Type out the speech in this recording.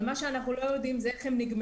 אבל מה שאנחנו לא יודעים זה איך הם נגמרו.